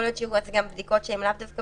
יכול להיות שיהיו בדיקות שהן לאו דווקא